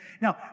Now